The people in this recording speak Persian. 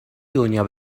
دنیا